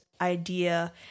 idea